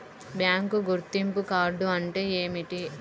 Bank గుర్తింపు card అంటే ఏమిటి?